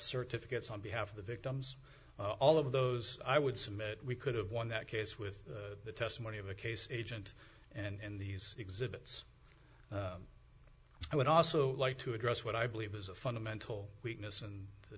certified gets on behalf of the victims all of those i would submit we could have won that case with the testimony of a case agent and these exhibits i would also like to address what i believe is a fundamental weakness and the